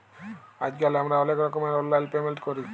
আইজকাল আমরা অলেক রকমের অললাইল পেমেল্ট ক্যরি